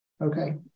Okay